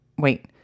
wait